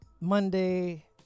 Monday